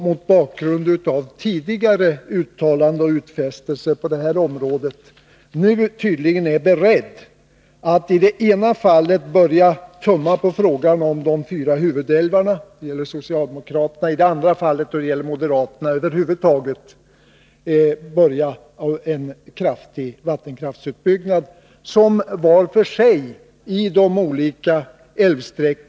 Mot bakgrund av tidigare uttalanden och utfästelser som gjorts på detta område är det beklagligt att man nu tydligen är beredd att börja tumma på bevarandet av de fyra huvudälvarna. Det är den ena sidan av saken, och den gäller socialdemokraterna. Den andra sidan av saken avser en kraftig vattenkraftsutbyggnad över huvud taget — och den gäller moderaterna.